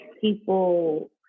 people